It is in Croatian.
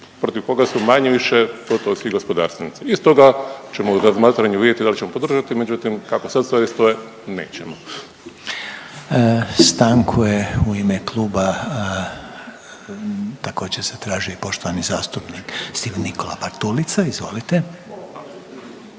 protiv koga su manje-više gotovo svi gospodarstvenici. I stoga ćemo u razmatranju vidjeti da li ćemo podržati, međutim kako sad stvari stoje nećemo. **Reiner, Željko (HDZ)** Stanku je u ime kluba također zatražio i poštovani zastupnik Stephen Nikola Bartulica, izvolite.